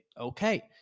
Okay